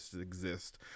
exist